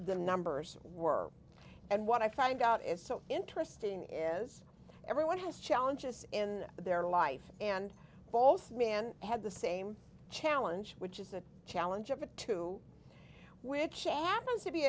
the numbers were and what i find out is so interesting is everyone has challenges in their life and both man had the same challenge which is the challenge of it to w